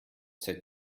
seit